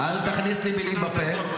-- אל תכניס לי מילים לפה.